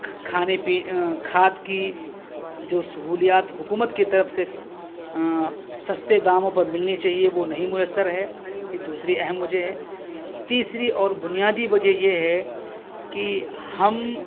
کھانے پی کھاد کی جو سہولیات حکومت کی طرف سے سستے داموں پر ملنی چاہیے وہ نہیں میسر ہے یہ دوسری ایک اہم وجہ ہے تیسری اور بنیادی وجہ یہ ہے کہ ہم